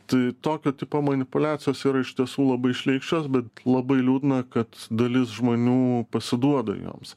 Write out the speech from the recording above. tai tokio tipo manipuliacijos yra iš tiesų labai šleikščios bet labai liūdna kad dalis žmonių pasiduoda joms